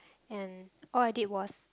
and all I did was